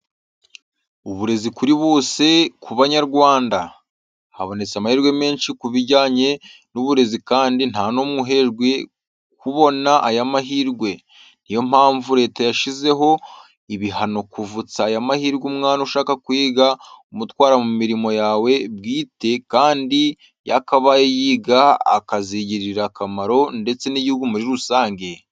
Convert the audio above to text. Uburezi kuri bose uburezi ku Banyarwanda. Habonetse amahirwe menshi mu bijyanye n'uburezi kandi ntanumwe uhejwe kubona aya mahirwe. Ni yo mpamvu leta yashyizeho ibihano kuvutsa aya mahirwe umwana ushaka kwiga umutwara mu mirimo yawe bwite kandi yakabaye yiga akazigirira akamaro ndetse n'igihugu muri rusange.